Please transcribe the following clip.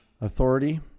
authority